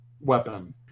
weapon